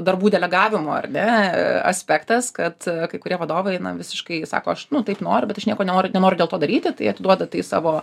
darbų delegavimo ar ne aspektas kad kai kurie vadovai visiškai sako aš taip noriu bet aš nieko nenoriu nenoriu dėl to daryti tai atiduoda tai savo